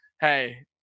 hey